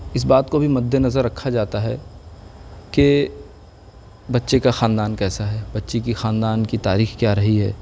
اس بات کو بھی مدِ نظر رکھا جاتا ہے کہ بچے کا خاندان کیسا ہے بچی کی خاندان کی تاریخ کیا رہی ہے